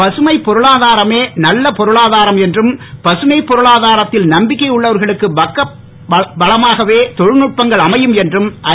பசுமைப் பொருளாதாரமே நல்ல பொருளாதாரம் என்றும் பசுமைப் பொருளாதாரத்தில் நம்பிக்கை உள்ளவர்களுக்கு பக்க பலமாகவே தொழில்நுட்பங்கள் அமையும் என்றும் ஐ